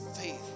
faith